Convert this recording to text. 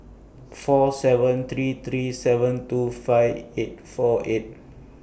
four seven three three seven two five eight four eight